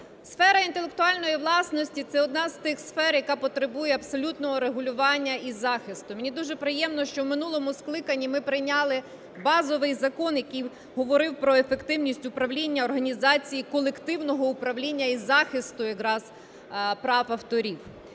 Сфера інтелектуальної власності – це одна з тих сфер, яка потребує абсолютного регулювання і захисту. Мені дуже приємно, що в минулому скликанні ми прийняли базовий закон, який говорив про ефективність управління організації колективного управління і захисту якраз прав авторів.